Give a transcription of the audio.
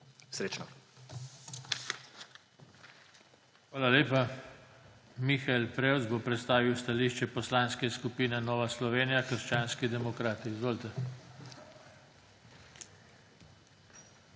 TANKO:** Hvala lepa. Mihael Prevc bo predstavil stališče Poslanske skupine Nova Slovenija – krščanski demokrati. Izvolite.